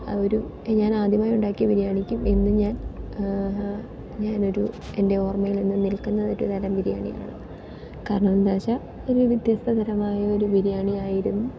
ആ ഒരു ഞാനാദ്യമായി ഉണ്ടാക്കിയ ബിരിയാണിക്ക് ഇന്നും ഞാൻ ഞാനൊരു എൻ്റെ ഓർമ്മയിൽ എന്നും നിൽക്കുന്നത് ഒരു തരം ബിരിയാണിയാണ് കാരണം എന്താണ് വെച്ചാൽ ഒരു വ്യത്യസ്തതരമായൊരു ബിരിയാണിയായിരുന്നു